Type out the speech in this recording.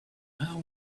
how